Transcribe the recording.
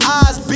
eyes